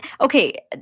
okay